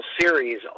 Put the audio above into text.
series